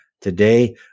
today